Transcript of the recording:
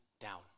down